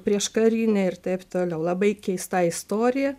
prieškarinę ir taip toliau labai keista istorija